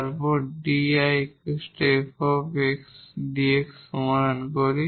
তারপর d𝐼 𝑓 𝑥 𝑑x সমাধান করি